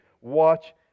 watch